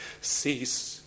Cease